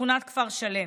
שכונת כפר שלם.